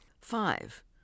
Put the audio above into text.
Five